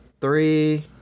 three